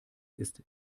ist